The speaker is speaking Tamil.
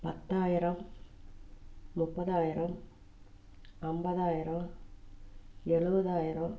பத்தாயிரம் முப்பதாயிரம் ஐம்பதாயிரம் எழுபதாயிரம்